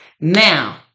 Now